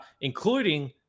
including